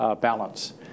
balance